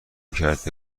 کرده